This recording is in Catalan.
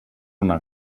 una